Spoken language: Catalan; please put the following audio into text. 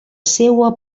seua